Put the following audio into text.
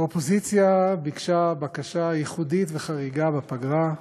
האופוזיציה ביקשה בקשה ייחודית וחריגה בפגרה,